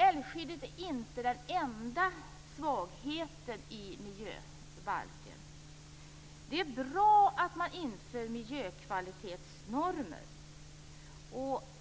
Älvskyddet är inte den enda svagheten i miljöbalken. Det är bra att man inför miljökvalitetsnormer.